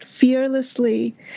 fearlessly